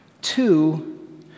Two